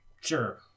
Sure